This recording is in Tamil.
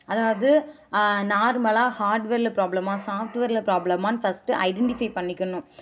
அதாவது நார்மலா ஹார்ட்வேரில் ப்ராப்ளமா சாஃப்ட்வேரில் ப்ராப்ளமான்னு ஃபஸ்ட்டு ஐடின்டிஃபை பண்ணிக்கணும்